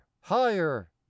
higher